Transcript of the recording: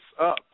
up